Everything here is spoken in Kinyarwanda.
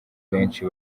benshi